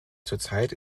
zurzeit